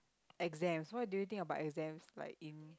exams what do you think about exams like in